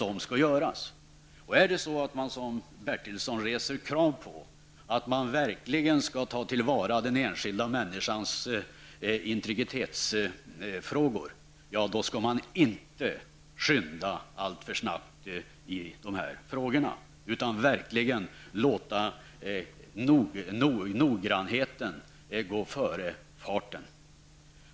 Om man som Stig Bertilsson reser krav på att den enskilda människans integritetsintresse skall tas till vara, bör man inte gå alltför snabbt fram, utan verkligen låta noggrannheten gå före hastigheten.